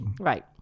Right